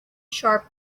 sharp